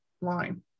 line